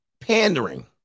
pandering